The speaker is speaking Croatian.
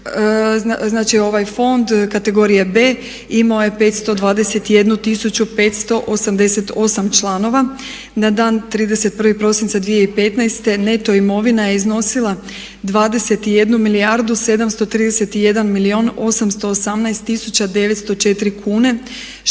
ovaj fond kategorije B imao je 521 588 članova na dan 31.12.2015. neto imovina je iznosila 21 milijardu 731 milijun